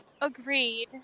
Agreed